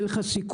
אין לך סיכוי,